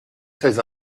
très